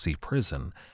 Prison